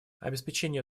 обеспечение